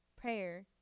prayer